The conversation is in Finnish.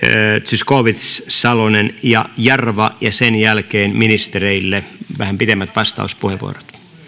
zyskowicz salonen ja jarva ja sen jälkeen ministereille vähän pitemmät vastauspuheenvuorot